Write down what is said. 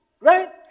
right